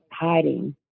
hiding